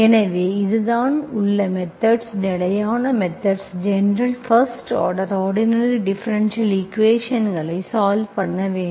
எனவே இதுதான் உள்ள மெத்தெட்கள் நிலையான மெத்தெட்கள் general first order ordinary differential ஈக்குவேஷன்ஸ்களை சால்வ் பண்ண வேண்டும்